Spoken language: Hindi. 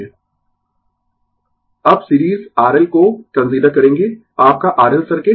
Refer Slide Time 0052 अब सीरीज R L को कंसीडर करेंगें आपका R L सर्किट